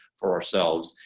for ourselves.